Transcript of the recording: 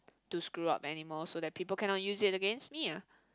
to screw up anymore so that people cannot use it and against me ah